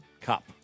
Cup